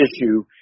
issue